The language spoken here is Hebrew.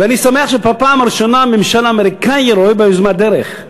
ואני שמח שבפעם הראשונה הממשל האמריקני רואה ביוזמה דרך.